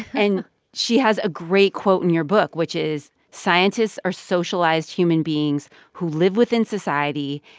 and she has a great quote in your book, which is, scientists are socialized human beings who live within society,